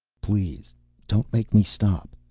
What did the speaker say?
please don't make me stop,